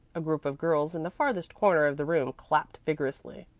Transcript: a group of girls in the farthest corner of the room clapped vigorously.